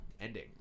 ending